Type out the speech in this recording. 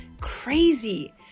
crazy